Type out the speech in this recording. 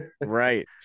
Right